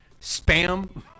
Spam